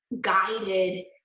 guided